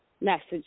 message